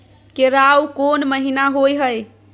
केराव कोन महीना होय हय?